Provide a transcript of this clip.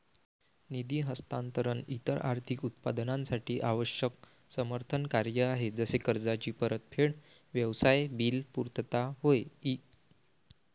निधी हस्तांतरण इतर आर्थिक उत्पादनांसाठी आवश्यक समर्थन कार्य आहे जसे कर्जाची परतफेड, व्यवसाय बिल पुर्तता होय ई